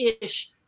ish